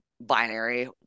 binary